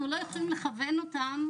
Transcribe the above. אנחנו לא יכולים לכוון אותן